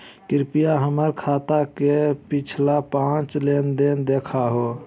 कृपया हमर खाता के पिछला पांच लेनदेन देखाहो